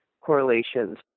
correlations